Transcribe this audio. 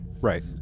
Right